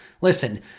Listen